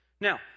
Now